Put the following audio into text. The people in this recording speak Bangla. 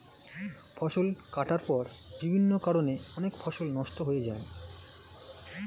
ফসল কাটার পর বিভিন্ন কারণে অনেক ফসল নষ্ট হয়ে যায়